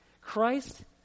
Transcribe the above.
Christ